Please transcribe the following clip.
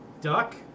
Duck